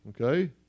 okay